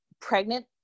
Pregnant